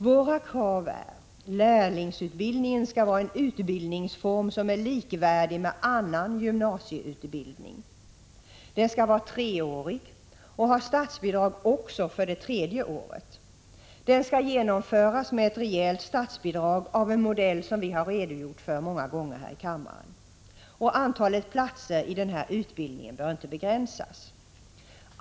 Våra krav är: att lärlingsutbildningen skall vara en utbildningsform som är likvärdig med annan gymnasieutbildning, att den skall vara treårig och ha statsbidrag också för det tredje året, att den skall genomföras med ett rejält statsbidrag av en modell som vi redogjort för vid flera tillfällen här i kammaren, och att antalet platser i denna utbildning inte bör begränsas.